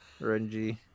Renji